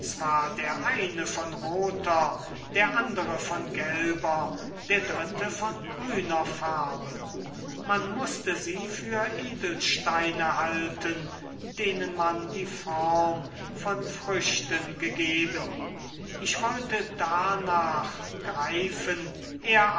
der eine von roter der andere von gelber der dritte von grüner farbe man mußte sie für edelsteine halten denen man die form von früchten gegeben ich wollte darnach greifen er